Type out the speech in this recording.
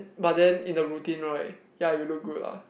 but then in the routine right ya you look good ah